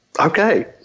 Okay